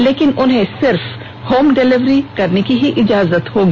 लेकिन उन्हें सिर्फ होम डिलेवरी करने की ही इजाजत होगी